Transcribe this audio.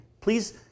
Please